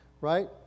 right